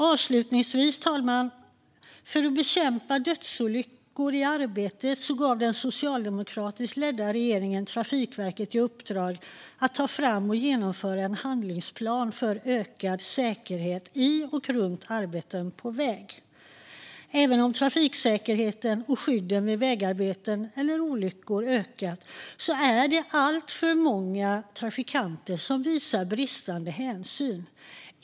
Fru talman! För att bekämpa dödsolyckor i arbetet gav den socialdemokratiskt ledda regeringen Trafikverket i uppdrag att ta fram och genomföra en handlingsplan för ökad säkerhet i och runt arbeten på väg. Även om trafiksäkerheten och skydden vid vägarbeten eller olyckor har ökat är det alltför många trafikanter som visar bristande hänsyn.